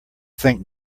think